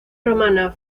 romana